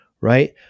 right